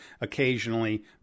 occasionally